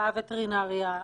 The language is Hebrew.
בווטרינריה,